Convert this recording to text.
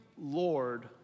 Lord